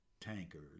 tankers